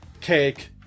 cake